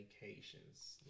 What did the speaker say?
vacations